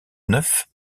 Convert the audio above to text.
neuf